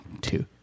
two